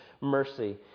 mercy